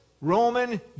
Roman